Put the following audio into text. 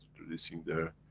releasing their,